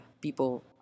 people